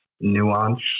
nuance